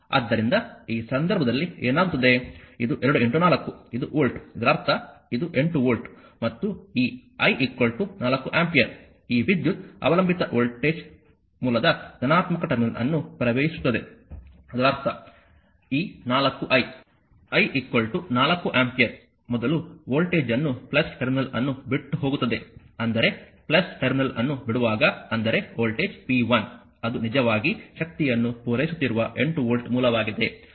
ಆದ್ದರಿಂದ ಈ ಸಂದರ್ಭದಲ್ಲಿ ಏನಾಗುತ್ತದೆ ಇದು 2 4 ಇದು ವೋಲ್ಟ್ ಇದರರ್ಥ ಇದು 8 ವೋಲ್ಟ್ ಮತ್ತು ಈ I 4 ಆಂಪಿಯರ್ ಈ ವಿದ್ಯುತ್ ಅವಲಂಬಿತ ವೋಲ್ಟೇಜ್ ಮೂಲದ ಧನಾತ್ಮಕ ಟರ್ಮಿನಲ್ ಅನ್ನು ಪ್ರವೇಶಿಸುತ್ತದೆ ಅದರ ಅರ್ಥ ಈ 4I I 4 ಆಂಪಿಯರ್ ಮೊದಲು ವೋಲ್ಟೇಜ್ ಅನ್ನು ಟರ್ಮಿನಲ್ ಅನ್ನು ಬಿಟ್ಟು ಹೋಗುತ್ತದೆ ಅಂದರೆ ಟರ್ಮಿನಲ್ ಅನ್ನು ಬಿಡುವಾಗ ಅಂದರೆ ವೋಲ್ಟೇಜ್ p1 ಅದು ನಿಜವಾಗಿ ಶಕ್ತಿಯನ್ನು ಪೂರೈಸುತ್ತಿರುವ 8 ವೋಲ್ಟ್ ಮೂಲವಾಗಿದೆ